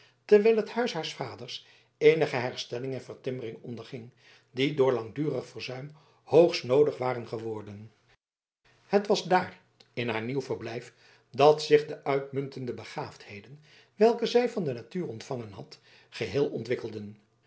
terwijl het huis haars vaders eenige herstelling en vertimmering onderging die door langdurig verzuim hoogst noodig waren geworden het was daar in haar nieuw verblijf dat zich de uitmuntende begaafdheden welke zij van de natuur ontvangen had geheel ontwikkelden